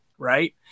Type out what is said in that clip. Right